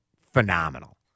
phenomenal